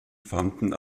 fanden